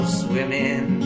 swimming